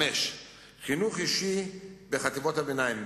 5. חינוך אישי בחטיבות הביניים,